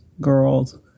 girls